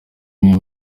imwe